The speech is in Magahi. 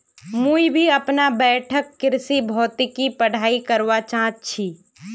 मुई भी अपना बैठक कृषि भौतिकी पढ़ाई करवा चा छी